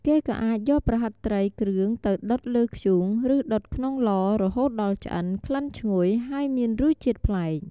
គេក៏អាចយកប្រហិតត្រីគ្រឿងទៅដុតលើធ្យូង ឬដុតក្នុងឡរហូតដល់ឆ្អិន ក្លិនឈ្ងុយ ហើយមានរសជាតិប្លែក។